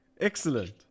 excellent